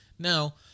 Now